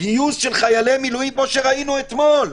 חיילי מילואים כמו שראינו אתמול.